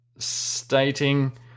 stating